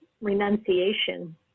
renunciation